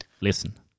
listen